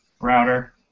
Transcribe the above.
Router